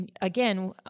Again